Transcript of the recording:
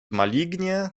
malignie